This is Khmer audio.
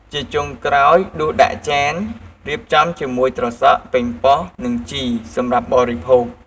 ជាចុងក្រោយដួសដាក់ចាន រៀបចំជាមួយត្រសក់ ប៉េងប៉ោះ និងជីរ សម្រាប់បរិភោគ។